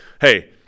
hey